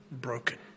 broken